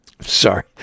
sorry